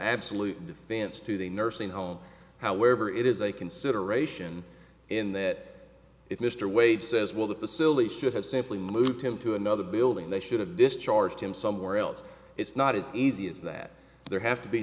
absolute defense to the nursing home however it is a consideration in that if mr wade says well the facility should have simply moved him to another building they should have discharged him somewhere else it's not as easy as that there have to be